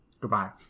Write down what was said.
Goodbye